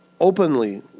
openly